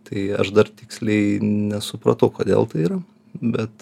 tai aš dar tiksliai nesupratau kodėl tai yra bet